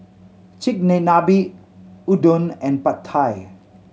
Chigenabe Udon and Pad Thai